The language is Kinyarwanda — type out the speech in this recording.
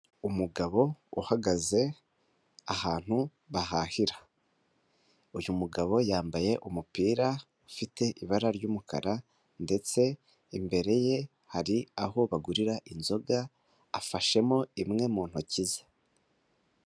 Umugabo uhagaze ahantu bahahira, uyu mugabo yambaye umupira ufite ibara ry'umukara ndetse imbere ye hari aho bagurira inzoga, afashemo imwe mu ntoki ze.